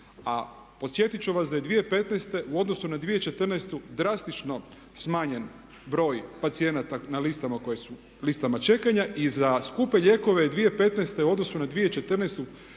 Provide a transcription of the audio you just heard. A podsjetit ću vas da je 2015.u odnosnu na 2014.drastično smanjen broj pacijenata na listama čekanja i za skupe lijekove 2015.u odnosu na 2014.iznos